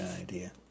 idea